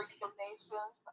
donations